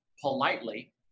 politely